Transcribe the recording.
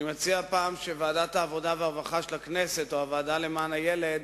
אני מציע שפעם ועדת העבודה והרווחה של הכנסת או הוועדה לזכויות הילד